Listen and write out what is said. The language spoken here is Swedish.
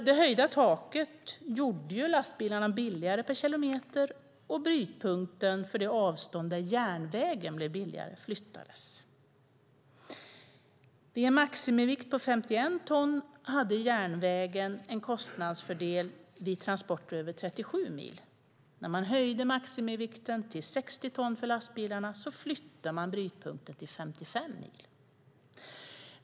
Det höjda taket gjorde lastbilstransporterna billigare per kilometer och brytpunkten för det avstånd där järnvägen var billigare flyttades. Vid en maximivikt på 51 ton hade järnvägen en kostnadsfördel vid transporter över 37 mil. När man höjde maximivikten till 60 ton för lastbilarna flyttade man brytpunkten till 55 mil.